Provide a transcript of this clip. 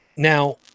Now